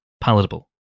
palatable